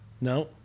No